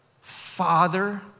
Father